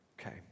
Okay